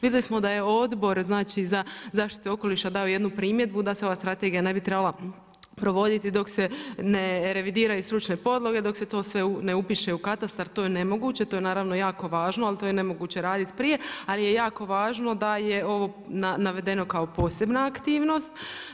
Vidjeli smo da je Odbor znači za zaštitu okoliša dao jednu primjedbu da se ova Strategija ne bi trebala provoditi dok se ne revidiraju stručne podloge, dok se to sve ne upiše u katastar, to je nemoguće, to je naravno jako važno ali to je nemoguće raditi prije ali je jako važno da je ovo navedeno kao posebna aktivnost.